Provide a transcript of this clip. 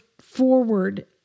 forward